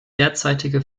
derzeitige